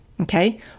Okay